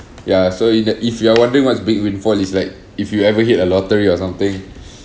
ya so if you if you are wondering what's big windfall is like if you ever hit a lottery or something